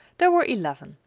there were eleven,